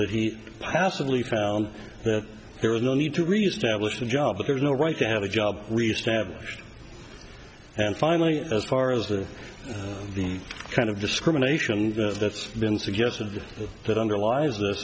that he passively found that there was no need to reestablish the job there's no right to have a job reestablished and finally as far as the kind of discrimination that's been suggested that underlies